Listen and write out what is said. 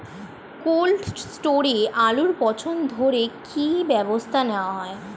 Cold স্টোরে আলুর পচন রোধে কি ব্যবস্থা নেওয়া হয়?